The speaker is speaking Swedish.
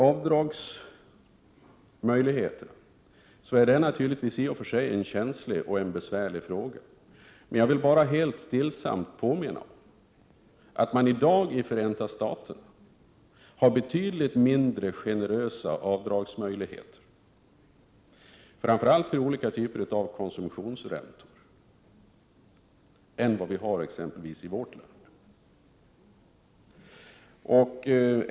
Avdragsmöjligheterna är i och för sig en känslig och besvärlig fråga. Jag vill bara helt stillsamt påminna om att man i dag i Förenta Staterna har betydligt mindre generösa avdragsmöjligheter, framför allt för olika typer av konsumtionsräntor, än vad vi har i exempelvis vårt land.